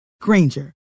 Granger